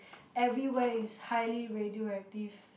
everywhere is highly radio active